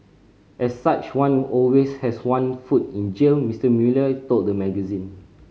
as such one always has one foot in jail Mister Mueller told the magazine